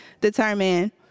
determine